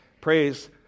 praise